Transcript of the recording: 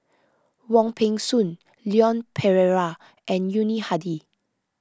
Wong Peng Soon Leon Perera and Yuni Hadi